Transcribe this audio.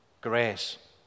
grace